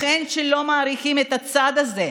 לכם, שלא מעריכים את הצעד הזה,